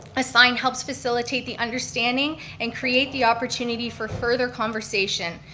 a sign helps facilitate the understanding and create the opportunity for further conversation.